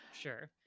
sure